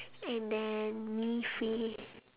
and then me free